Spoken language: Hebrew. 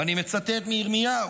ואני מצטט מירמיהו: